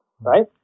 right